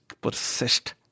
persist